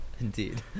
indeed